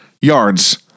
yards